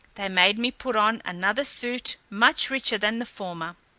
they made me put on another suit much richer than the former.